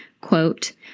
quote